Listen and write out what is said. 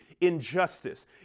injustice